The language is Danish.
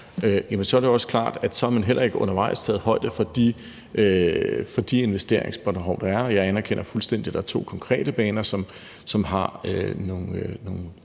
heller ikke undervejs taget højde for de investeringsbehov, der er, og jeg anerkender fuldstændig, at der er to konkrete baner, som har